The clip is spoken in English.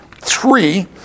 three